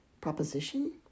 proposition